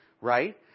Right